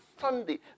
Sunday